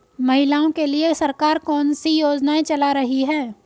महिलाओं के लिए सरकार कौन सी योजनाएं चला रही है?